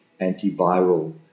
antiviral